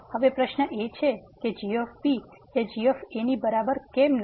હવે પ્રશ્ન એ છે કે g એ g a ની બરાબર કેમ નથી